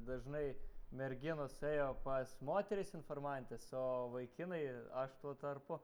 dažnai merginos ėjo pas moteris informantes o vaikinai aš tuo tarpu